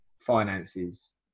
finances